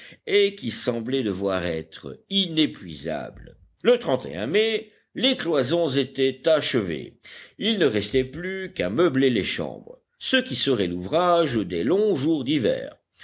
et qui semblait devoir être inépuisable le mai les cloisons étaient achevées il ne restait plus qu'à meubler les chambres ce qui serait l'ouvrage des longs jours d'hiver